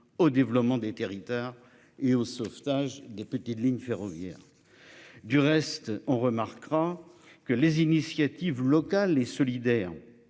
au développement des territoires et au sauvetage des petites lignes ferroviaires. Du reste, on remarquera que les initiatives locales et solidaire